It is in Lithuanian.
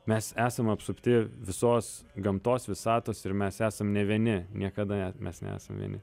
mes esam apsupti visos gamtos visatos ir mes esam ne vieni niekada mes nesam vieni